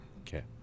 Okay